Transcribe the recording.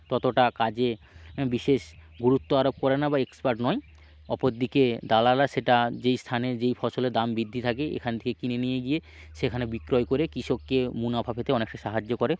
ততটা কাজে বিশেষ গুরুত্ব আরোপ করে না বা এক্সপার্ট নয় অপরদিকে দালালরা সেটা যেই স্থানে যেই ফসলের দাম বৃদ্ধি থাকে এখান থেকে কিনে নিয়ে গিয়ে সেখানে বিক্রয় করে কৃষককে মুনাফা পেতে অনেকটা সাহায্য করে